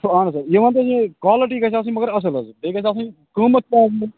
اَہن حظ سر مےٚ ونتٕے یہِ کالٹی گَژھِ آسٕنۍ مگر اصٕل حظ بیٚیہِ گَژھِ آسٕنۍ قۭمتھ